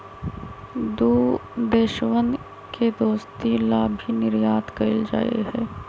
दु देशवन के दोस्ती ला भी निर्यात कइल जाहई